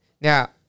Now